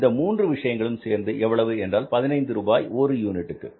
இந்த மூன்று விஷயங்களும் சேர்ந்து எவ்வளவு என்றால் 15 ரூபாய் ஒரு யூனிட் அளவிற்கு